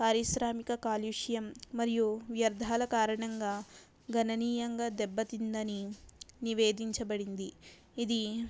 పారిశ్రామిక కాలుష్యం మరియు వ్యర్థాల కారణంగా ఘననీయంగా దెబ్బ తిన్నదనీ నివేదించబడింది ఇది